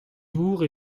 dour